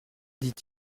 dit